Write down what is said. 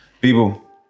People